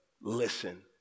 listen